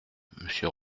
monsieur